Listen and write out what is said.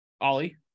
Ollie